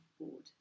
board